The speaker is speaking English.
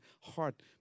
heart